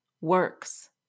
works